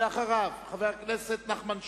ואחריו, חבר הכנסת נחמן שי.